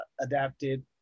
adapted